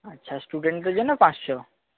আচ্ছা স্টুডেন্টদের জন্য পাঁচশো